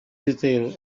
detail